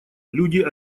люди